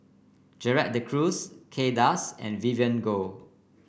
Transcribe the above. Gerald De Cruz Kay Das and Vivien Goh